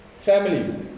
Family